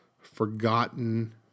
forgotten